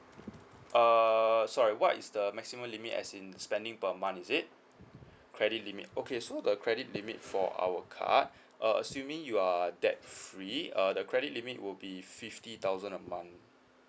err sorry what is the maximum limit as in spending per month is it credit limit okay so the credit limit for our card uh assuming you are debt free uh the credit limit would be fifty thousand a month